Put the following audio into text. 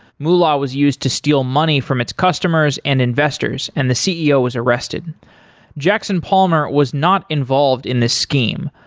moolah was used to steal money from its customers and investors and the ceo was arrested jackson palmer was not involved in the scheme,